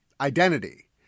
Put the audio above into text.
identity